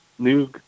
New